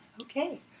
okay